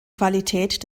qualität